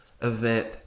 event